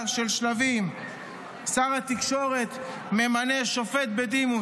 של שלבים: שר התקשורת ממנה שופט בדימוס,